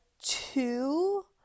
two